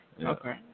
Okay